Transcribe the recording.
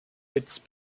its